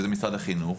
שזה משרד החינוך,